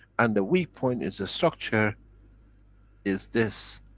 and the weak point is the structure is this,